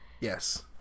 Yes